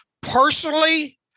Personally